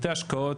בתי ההשקעות